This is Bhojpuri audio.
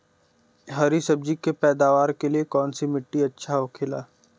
हरी सब्जी के पैदावार के लिए कौन सी मिट्टी अच्छा होखेला?